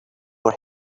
were